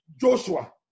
Joshua